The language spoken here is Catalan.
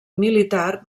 militar